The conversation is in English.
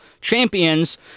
champions